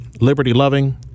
liberty-loving